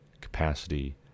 capacity